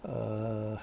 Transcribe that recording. err